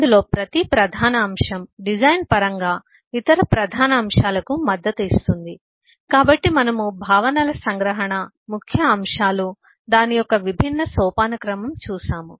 అందులో ప్రతి ప్రధాన అంశం డిజైన్ పరంగా ఇతర ప్రధాన అంశాలకు మద్దతు ఇస్తుంది కాబట్టి మనము భావనల సంగ్రహణ ముఖ్య అంశాలు దాని యొక్క విభిన్న సోపానక్రమం చూశాము